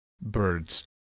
birds